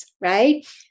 right